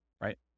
right